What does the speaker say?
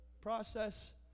process